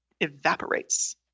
evaporates